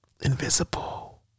invisible